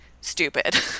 stupid